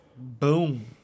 Boom